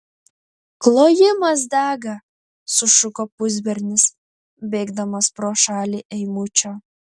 klojimas dega sušuko pusbernis bėgdamas pro šalį eimučio